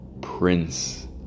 prince